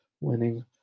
winning